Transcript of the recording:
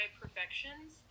perfections